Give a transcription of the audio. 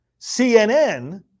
CNN